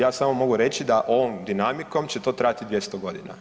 Ja samo mogu reći da ovom dinamikom će to trajati 200 godina.